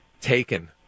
Taken